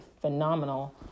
phenomenal